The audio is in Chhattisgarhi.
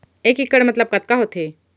एक इक्कड़ मतलब कतका होथे?